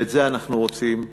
ואת זה אנחנו רוצים למנוע.